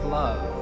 love